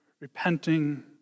repenting